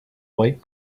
white